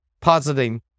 positing